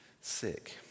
sick